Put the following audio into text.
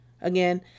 Again